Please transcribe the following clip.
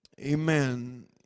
Amen